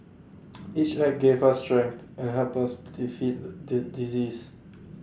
each act gave us strength and helped us to defeat the disease